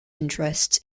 interests